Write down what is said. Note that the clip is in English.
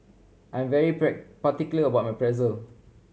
I'm very particular about my Pretzel